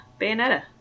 Bayonetta